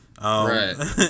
Right